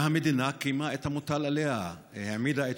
המדינה קיימה את המוטל עליה: העמידה את